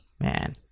man